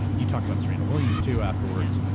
and you talk about serena williams too, afterwards,